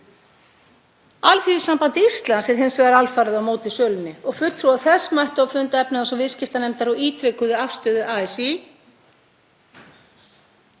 Alþýðusamband Íslands er hins vegar alfarið á móti sölunni og fulltrúar þess mættu á fund efnahags- og viðskiptanefndar og ítrekuðu afstöðu ASÍ, sem